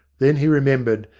then he remembered,